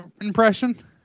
impression